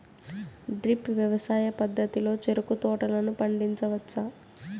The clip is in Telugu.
డ్రిప్ వ్యవసాయ పద్ధతిలో చెరుకు తోటలను పండించవచ్చా